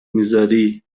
میذاری